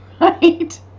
right